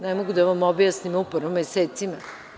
Ne mogu da vam objasnim, uporno mesecima.